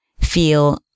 feel